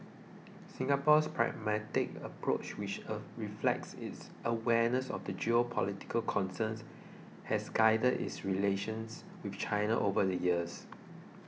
Singapore's pragmatic approach which a reflects its awareness of the geopolitical concerns has guided its relations with China over the years